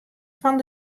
fan